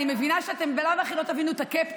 אני מבינה שאתם בלאו הכי לא תבינו את ה-cap,